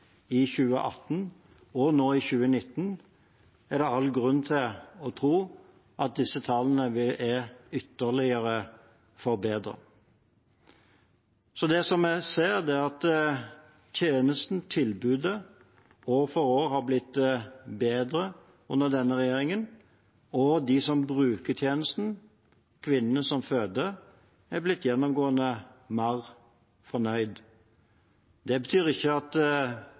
i 2018, og nå i 2019, er det all grunn til å tro at disse tallene er ytterligere forbedret. Det vi ser, er at tjenesten – tilbudet – år for år har blitt bedre under denne regjeringen, og at de som bruker tjenesten, kvinnene som føder, gjennomgående er blitt mer fornøyde. Det betyr ikke at